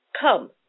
Come